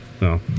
no